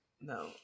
No